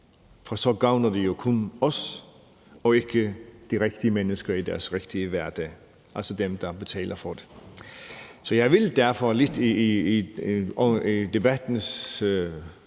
for så gavner vi jo kun os og ikke de rigtige mennesker i deres rigtige hverdag, altså dem, der betaler for det. Jeg vil derfor lidt i debattens